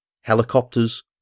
helicopters